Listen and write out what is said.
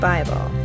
Bible